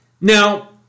Now